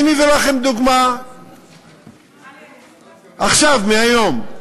אני מביא לכם דוגמה עכשיו, מהיום,